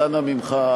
אז אנא ממך.